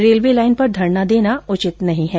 railway line पर धरना देना उचित नहीं है